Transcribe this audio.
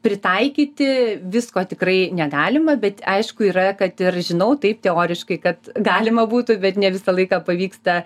pritaikyti visko tikrai negalima bet aišku yra kad ir žinau taip teoriškai kad galima būtų bet ne visą laiką pavyksta